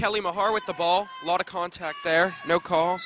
kelly more heart with the ball a lot of contact there no call